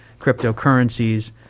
cryptocurrencies